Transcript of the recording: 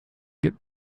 get